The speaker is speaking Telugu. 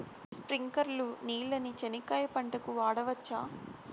స్ప్రింక్లర్లు నీళ్ళని చెనక్కాయ పంట కు వాడవచ్చా?